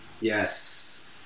yes